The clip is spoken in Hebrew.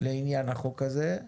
לעניין החוק הזה,